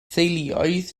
theuluoedd